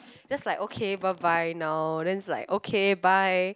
that's like okay bye bye now then it's like okay bye